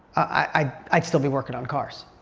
i'd still be working on cars.